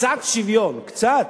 לקצת שוויון, קצת,